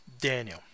Daniel